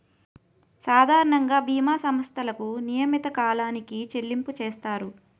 సాధారణంగా బీమా సంస్థలకు నియమిత కాలానికి చెల్లింపులు చేస్తారు